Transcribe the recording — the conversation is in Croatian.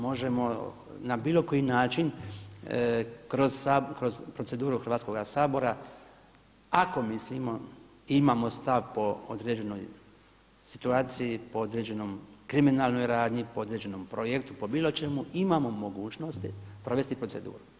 Možemo na bilo koji način kroz proceduru Hrvatskoga sabora ako mislimo i imamo stav po određenoj situaciji, po određenoj kriminalnoj radni, po određenom projektu, po bilo čemu imamo mogućnosti provesti proceduru.